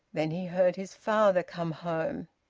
then he heard his father come home.